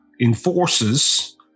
enforces